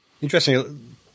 interesting